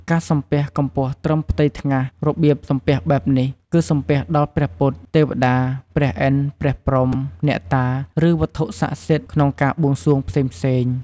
ការសំពះកម្ពស់ត្រឹមផ្ទៃថ្ងាស របៀបសំពះបែបនេះ គឺសំពះដល់ព្រះពុទ្ធ ទេវតា ព្រះឥន្ទ ព្រះព្រហ្ម អ្នកតា ឬ វត្ថុស័ក្តសិទ្ធិក្នុងការបួងសួងផ្សេងៗ។